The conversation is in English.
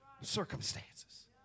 circumstances